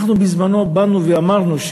אנחנו בזמנו באנו ואמרנו,